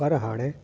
पर हाणे